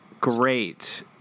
Great